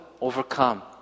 overcome